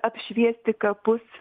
apšviesti kapus